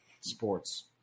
Sports